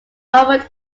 offered